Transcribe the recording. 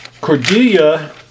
Cordelia